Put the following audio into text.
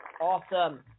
awesome